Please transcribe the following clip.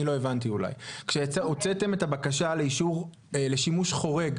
לא הבנתי אולי: כשהוצאתם את הבקשה לאישור לשימוש חורג,